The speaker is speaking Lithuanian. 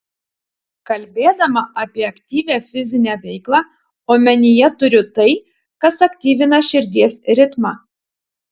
kalbėdama apie aktyvią fizinę veiklą omenyje turiu tai kas aktyvina širdies ritmą